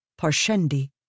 Parshendi